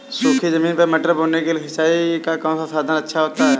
सूखी ज़मीन पर मटर बोने के लिए सिंचाई का कौन सा साधन अच्छा होता है?